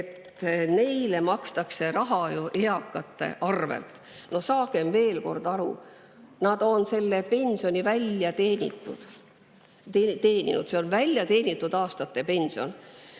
et neile makstakse raha ju eakate arvel. No saagem, veel kord, aru: nad on selle pensioni välja teeninud! See on väljateenitud aastate pension. Nii